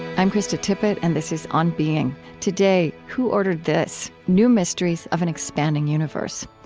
i'm krista tippett and this is on being. today who ordered this? new mysteries of an expanding universe.